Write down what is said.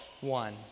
one